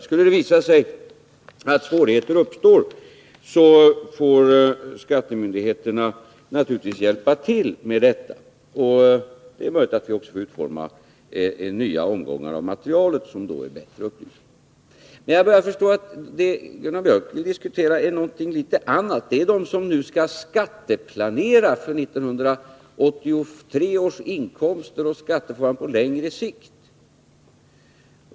Skulle det visa sig att svårigheter uppstår, får skattemyndigheterna naturligtvis hjälpa till. Det är möjligt att vi också får utforma nya omgångar av materialet som ger bättre upplysning. Men jag börjar förstå att vad Gunnar Biörck vill diskutera är någonting annat. Han vill diskutera dem som nu vill skatteplanera för 1983 års inkomst och för inkomster på längre sikt.